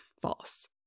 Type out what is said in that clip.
false